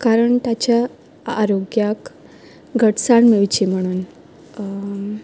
कारण ताच्या आरोग्याक घटसाण मेळची म्हणून